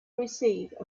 receive